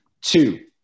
two